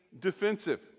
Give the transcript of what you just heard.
defensive